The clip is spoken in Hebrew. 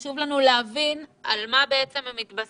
חשוב לנו להבין על מה בעצם מתבססות